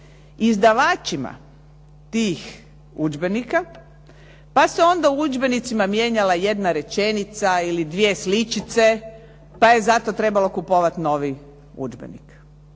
izdavačima tih udžbenika pa se onda u udžbenicima mijenjala jedna rečenica ili dvije sličice pa je zato trebalo kupovati novi udžbenik.